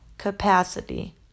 capacity